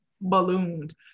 ballooned